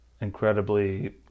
incredibly